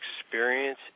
experience